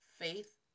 Faith